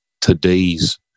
today's